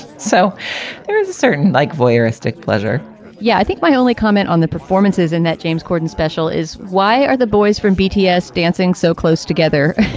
so there is a certain like voyeuristic pleasure yeah, i think my only comment on the performances in that james corden special is why are the boys from btx dancing so close together,